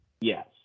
Yes